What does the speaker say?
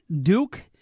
Duke